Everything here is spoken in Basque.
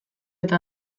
eta